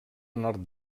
nord